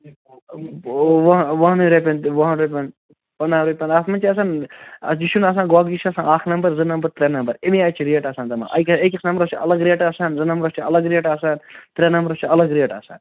وۄہنٕے رۄپیَن تہٕ وُہَن رۄپین پنٛدہَن رۄپیَن اَتھ مَنٛز چھِ آسان اَدٕ یہِ چھُنہٕ آسان گۄگجہٕ چھِ آسان اکھ نمبر زٕ نمبر ترٛےٚ نَمبَر اَمے آیہِ چھِ ریٹ آسان تِمَن اَگر أکِس نمبرس چھِ الگ ریٹ آسان زٕ نمبرس چھِ الگ ریٹ آسان ترٛےٚ نمبرس چھِ الگ ریٹ آسان